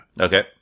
Okay